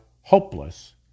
hopeless